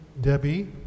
Debbie